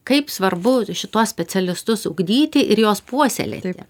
kaip svarbu šituos specialistus ugdyti ir juos puoselėti